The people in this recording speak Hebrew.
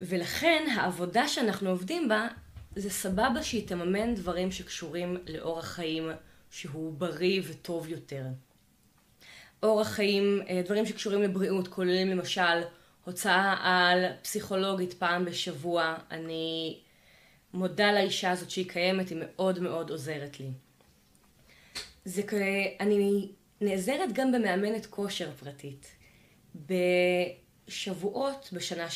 ולכן העבודה שאנחנו עובדים בה זה סבבה שהיא תממן דברים שקשורים לאורח חיים שהוא בריא וטוב יותר. אורח חיים, דברים שקשורים לבריאות כוללים למשל הוצאה על פסיכולוגית פעם בשבוע. אני מודה לאישה הזאת שהיא קיימת היא מאוד מאוד עוזרת לי. אני נעזרת גם במאמנת כושר פרטית. בשבועות בשנה